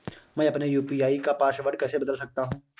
मैं अपने यू.पी.आई का पासवर्ड कैसे बदल सकता हूँ?